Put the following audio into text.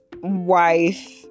wife